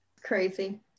Crazy